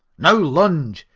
now lunge,